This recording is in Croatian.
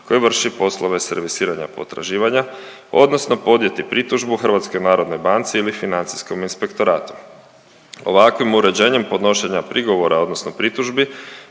koji vrši poslove servisiranja potraživanja odnosno podnijeti pritužbu HNB-u ili financijskog inspektoratu. Ovakvim uređenjem podnošenja prigovora odnosno pritužbi,